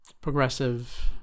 progressive